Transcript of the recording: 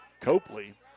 Copley